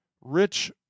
Rich